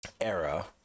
era